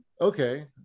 okay